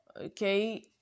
okay